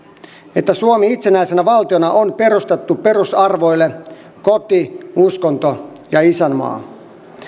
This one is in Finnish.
että suomi itsenäisenä valtiona on perustettu perusarvoille koti uskonto ja isänmaa